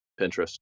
Pinterest